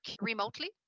remotely